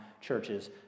churches